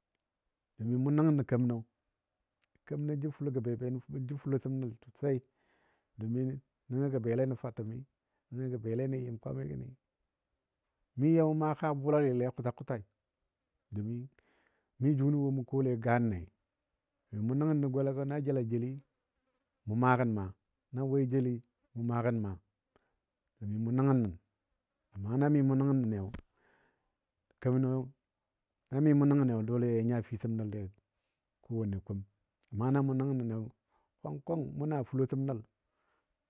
Mu nəngən kemanɔ, kemənɔ jə fulotəm nəl sosai, domin nəngɔ gə bele nən. fatəmi, nəngɔ gə bele nən yɨm kwamigən, mi ya mʊ maa kaa bʊlalile a kʊta kʊtai domin mi jʊni mu kole gannei mʊ nəngnɔ golagɔ na jəl a jeli mʊ maa gən maa, na we jeli mʊ maa gən maa domin mʊ nəngnən. Amma na mi mʊ nəngəniyo kəmanɔ, na mi mʊ nəngəniyo dole ya fitəm nəlle, kowanne kum, amma na mʊ nəngəniyo kwang kwang mʊ na fulotəm nəl,